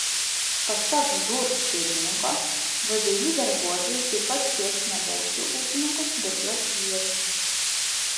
pasak žūr pirmininko vdi darbuotojai taip pat sieks ne bausti ūkininkus bet juos šviesti